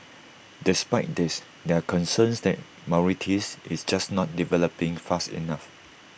despite this there are concerns that Mauritius is just not developing fast enough